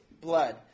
blood